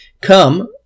come